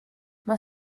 mae